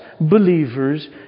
believers